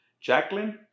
Jacqueline